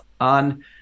on